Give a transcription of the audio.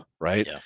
right